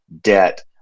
debt